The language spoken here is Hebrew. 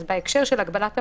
אז בהקשר של הגבלת המרחק,